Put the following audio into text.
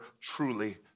truly